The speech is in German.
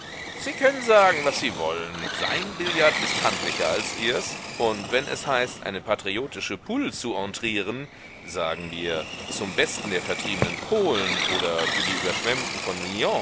sie können sagen was sie wollen sein billard ist handlicher als ihrs und wenn es heißt eine patriotische poule zu entrieren sagen wir zum besten der vertriebenen polen oder für die überschwemmten von